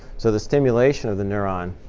so the stimulation of the neuron